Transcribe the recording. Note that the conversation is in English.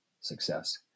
success